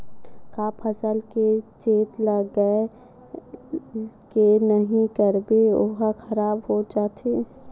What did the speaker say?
का फसल के चेत लगय के नहीं करबे ओहा खराब हो जाथे?